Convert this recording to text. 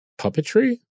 puppetry